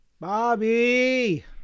Bobby